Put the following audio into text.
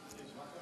איך קרא לך